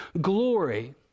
glory